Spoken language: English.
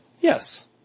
Yes